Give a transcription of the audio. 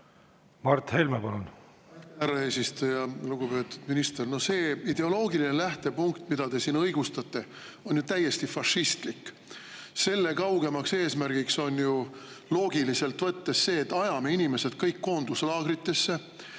hakata. Härra eesistuja! Lugupeetud minister! No see ideoloogiline lähtepunkt, mida te siin õigustate, on ju täiesti fašistlik. Selle kaugem eesmärk on ju loogiliselt võttes see, et ajame inimesed kõik koonduslaagritesse,